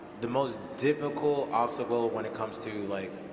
the most difficult obstacle when it comes to like,